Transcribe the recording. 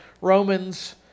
Romans